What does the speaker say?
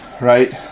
right